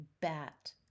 bat